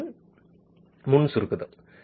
மாணவன் முன் சுருக்குதல்